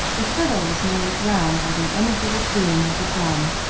the fiddle was nearly drowned by the energetic boom of the drum,